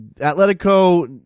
Atletico